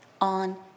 on